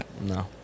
No